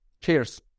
Cheers